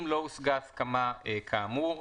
אם לא הושגה הסכמה כאמור,